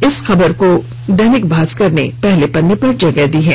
दिए जाने की खबर को दैनिक भास्कर ने पहले पन्ने पर जगह दी है